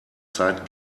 zeit